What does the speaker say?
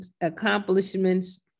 accomplishments